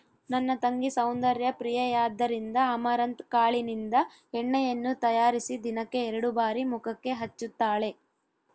ನನ್ನ ತಂಗಿ ಸೌಂದರ್ಯ ಪ್ರಿಯೆಯಾದ್ದರಿಂದ ಅಮರಂತ್ ಕಾಳಿನಿಂದ ಎಣ್ಣೆಯನ್ನು ತಯಾರಿಸಿ ದಿನಕ್ಕೆ ಎರಡು ಬಾರಿ ಮುಖಕ್ಕೆ ಹಚ್ಚುತ್ತಾಳೆ